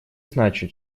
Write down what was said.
значит